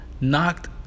knocked